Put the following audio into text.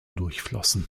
durchflossen